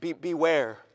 Beware